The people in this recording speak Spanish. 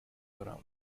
brown